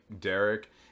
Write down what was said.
Derek